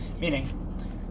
Meaning